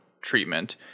treatment